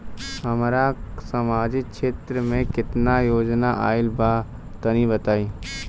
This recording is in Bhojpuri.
हमरा समाजिक क्षेत्र में केतना योजना आइल बा तनि बताईं?